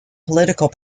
political